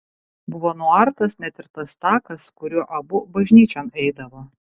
buvo nuartas net ir tas takas kuriuo abu bažnyčion eidavo